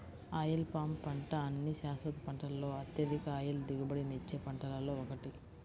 oil palm పంట అన్ని శాశ్వత పంటలలో అత్యధిక ఆయిల్ దిగుబడినిచ్చే పంటలలో ఒకటి